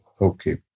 okay